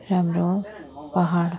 राम्रो पहाड